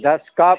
दस कप